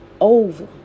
over